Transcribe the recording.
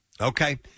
Okay